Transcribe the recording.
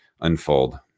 unfold